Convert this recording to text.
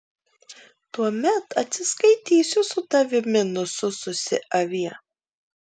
tuomet atsiskaitysiu su tavimi nusususi avie